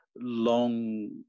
long